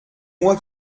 moi